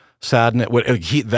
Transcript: sadness